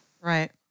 Right